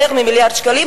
יותר ממיליארד שקלים,